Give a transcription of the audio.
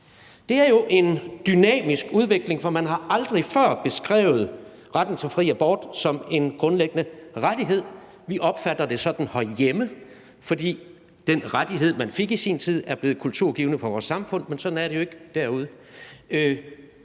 Det er jo en dynamisk udvikling, for man har aldrig før beskrevet retten til fri abort som en grundlæggende rettighed. Vi opfatter det sådan herhjemme, fordi den rettighed, man fik i sin tid, er blevet kulturgivende for vores samfund, men sådan er det jo ikke derude.